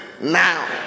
Now